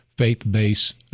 faith-based